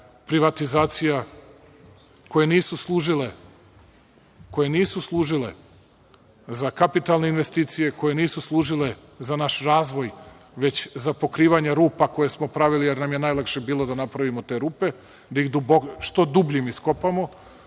privatizacija koje nisu služile za kapitalne investicije, koje nisu služile za naš razvoj, već za pokrivanje rupa koje smo pravili, jer nam je najlakše bilo da napravimo te rupe, da ih što dubljim iskopamo. Zato